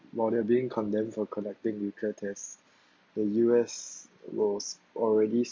while they are being condemned for conducting nuclear test the U_S was already